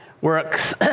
works